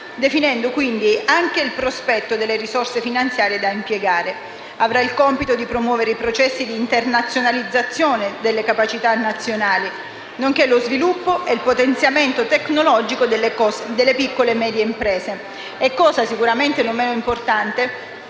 definendo quindi il prospetto delle risorse finanziarie da impiegare. Avrà il compito di promuovere i processi di internazionalizzazione delle capacità nazionali, nonché lo sviluppo ed il potenziamento tecnologico delle piccole e medie imprese e, cosa sicuramente non meno importante,